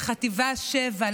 לחטיבה 7,